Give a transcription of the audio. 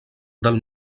del